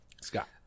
Scott